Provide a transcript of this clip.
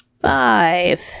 five